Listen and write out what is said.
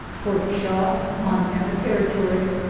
fort shaw, montana territory,